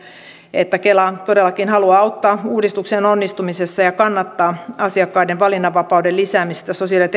että kela todellakin haluaa auttaa uudistuksen onnistumisessa ja kannattaa asiakkaiden valinnanvapauden lisäämistä sosiaali ja